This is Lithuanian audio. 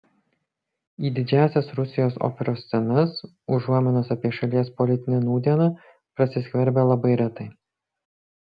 į didžiąsias rusijos operos scenas užuominos apie šalies politinę nūdieną prasiskverbia labai retai